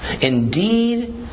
indeed